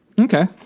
Okay